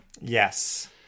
Yes